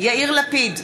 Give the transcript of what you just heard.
יאיר לפיד,